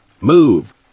move